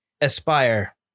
Aspire